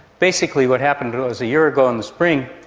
basically what happened, it was a year ago in the spring,